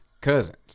cousins